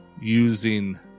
using